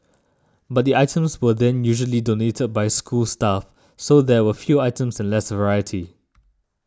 but the items were then usually donated by school staff so there were few items and less variety